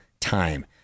time